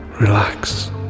Relax